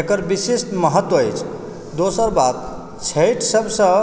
एकर विशिष्ट महत्व अछि दोसर बात छठि सबसंँ